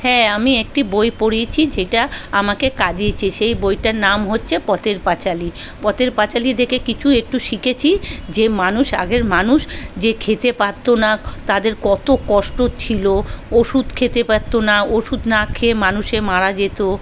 হ্যাঁ আমি একটি বই পড়েছি যেটা আমাকে কাঁদিয়েছে সেই বইটার নাম হচ্ছে পথের পাঁচালী পথের পাঁচালী দেখে কিছু একটু শিখেছি যে মানুষ আগের মানুষ যে খেতে পারতো না তাদের কতো কষ্ট ছিল ওষুধ খেতে পারতো না ওষুধ না খেয়ে মানুষে মারা যেত